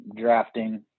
drafting